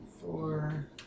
Four